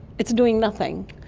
it's doing nothing.